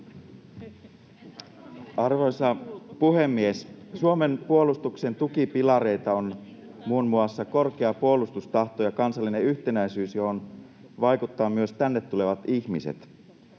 Arvoisa puhemies! Suomen puolustuksen tukipilareita ovat muun muassa korkea puolustustahto ja kansallinen yhtenäisyys, johon vaikuttavat myös tänne tulevat ihmiset.